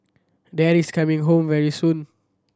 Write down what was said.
Daddy's coming home very soon